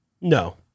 No